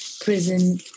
prison